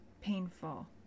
painful